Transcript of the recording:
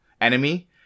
enemy